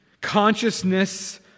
consciousness